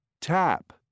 tap